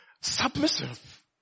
submissive